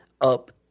up